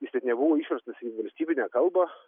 jis net nebuvo išverstas į valstybinę kalbą